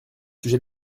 sujet